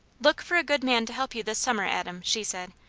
look for a good man to help you this summer, adam, she said.